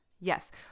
Yes